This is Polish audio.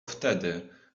wtedy